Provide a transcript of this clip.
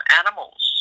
animals